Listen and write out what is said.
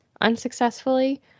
unsuccessfully